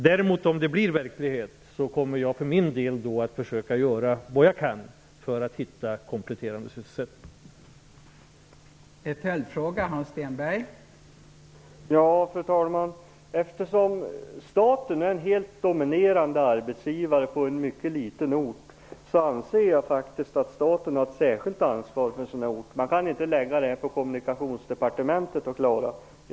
Om nedläggningen blir verklighet, kommer jag för min del att försöka göra vad jag kan för att finna kompletterande sysselsättning.